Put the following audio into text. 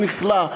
הוא נכלא,